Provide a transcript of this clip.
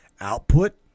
output